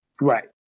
right